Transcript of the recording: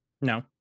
No